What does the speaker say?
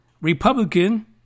Republican